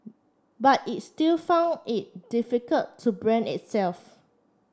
but it still found it difficult to brand itself